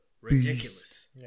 ridiculous